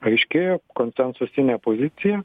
aiški konsensusinė pozicija